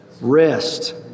Rest